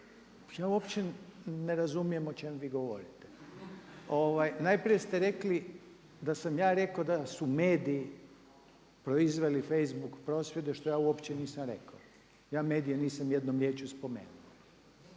ja uopće ne razumijem o čemu vi govorite. Najprije ste rekli da sam ja rekao da su mediji proizveli facebook prosvjede što ja uopće nisam rekao. Ja medije nisam jednom riječju spomenuo.